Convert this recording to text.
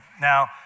Now